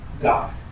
God